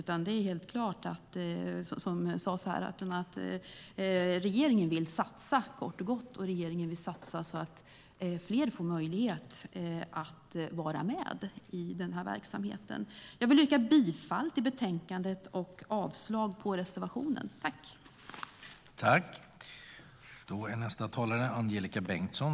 Som sagts här är det helt klart att regeringen kort och gott vill satsa på att fler ska få möjlighet att vara med i den här verksamheten. STYLEREF Kantrubrik \* MERGEFORMAT Kultur och fritid för barn och unga